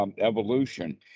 evolution